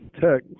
Tech